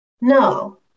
no